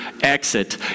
exit